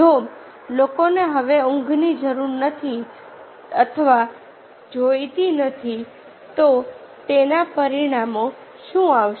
જો લોકોને હવે ઊંઘની જરૂર નથી અથવા જોઈતી નથી તો તેના પરિણામો શું આવશે